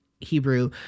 Hebrew